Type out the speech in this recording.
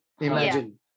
Imagine